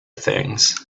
things